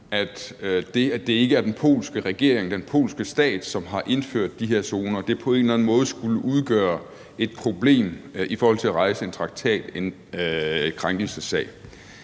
at det ikke er den polske regering og den polske stat, som har indført de her zoner, på en eller anden måde skulle udgøre et problem i forhold til at rejse en traktatkrænkelsessag.